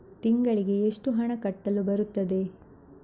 ತಿಂಗಳಿಗೆ ಎಷ್ಟು ಹಣ ಕಟ್ಟಲು ಬರುತ್ತದೆ?